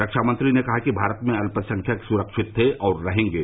रक्षामंत्री ने कहा कि भारत में अल्पसंख्यक सुरक्षित थे हैं और रहेंगे